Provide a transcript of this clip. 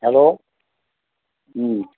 hello